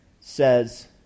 says